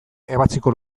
ebatziko